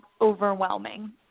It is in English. overwhelming